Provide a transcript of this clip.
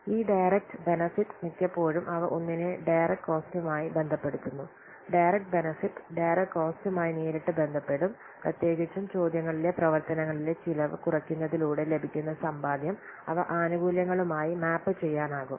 ഈ direct benefit മിക്കപ്പോഴും അവ ഒന്നിനെ ഡയറക്റ്റ് കോസ്റുമായി ബന്ധപ്പെടുത്തുന്നു ഡയറക്റ്റ് ബെനെഫിറ്റ് ഡയറക്റ്റ് കോസ്റ്റുമായി നേരിട്ട് ബന്ധപ്പെടും പ്രത്യേകിച്ചും ചോദ്യങ്ങളിലെ പ്രവർത്തനങ്ങളിലെ ചെലവ് കുറയ്ക്കുന്നതിലൂടെ ലഭിക്കുന്ന സമ്പാദ്യം അവ ആനുകൂല്യങ്ങളുമായി മാപ്പ് ചെയ്യാനാകും